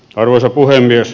arvoisa puhemies